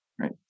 right